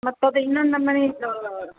ಮತ್ತದು ಇನ್ನೊಂದು ನಮೂನಿ ಆಯ್ತು